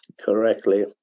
correctly